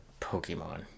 pokemon